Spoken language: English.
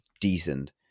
decent